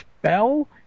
spell